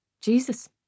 Jesus